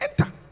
enter